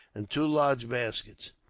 and two large baskets.